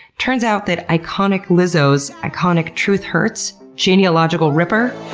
turns out that iconic lizzo's iconic truth hurts genealogical ripper